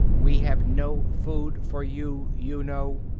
we have no food for you, you know.